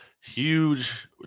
huge